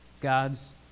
God's